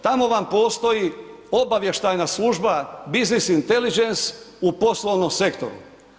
Tamo vam postoji obavještajna služba, Business Intelligence u poslovnom sektoru.